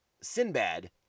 Sinbad